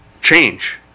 change